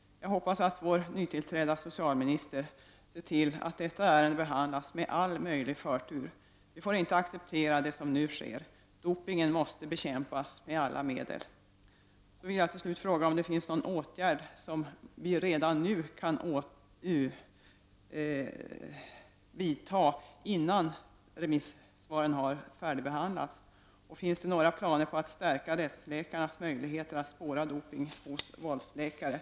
Jag hoppas att vår nytillträdda socialminister ser till att detta ärende behandlas med all möjlig förtur. Vi får inte acceptera det som nu sker. Dopingen måste bekämpas med alla medel. Slutligen vill jag fråga om vi redan nu, innan remissvaren har färdigbe handlats, kan vidta någon åtgärd i detta sammanhang. Finns det några planer på att stärka rättsläkarnas möjligheter att spåra dopingpreparat hos våldsverkare?